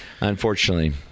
Unfortunately